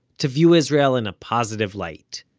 to view israel in a positive light